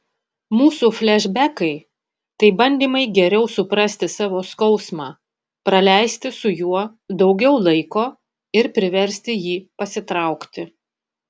mūsų flešbekai tai bandymai geriau suprasti savo skausmą praleisti su juo daugiau laiko ir priversti jį pasitraukti